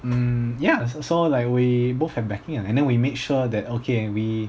mm ya so like we both have backing ah and then we made sure that okay we